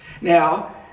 Now